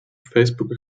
facebook